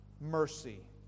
mercy